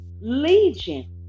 legion